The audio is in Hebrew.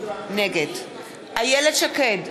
נגד איילת שקד,